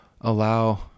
allow